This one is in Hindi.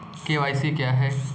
के.वाई.सी क्या है?